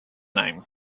name